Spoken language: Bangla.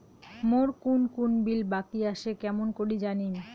মোর কুন কুন বিল বাকি আসে কেমন করি জানিম?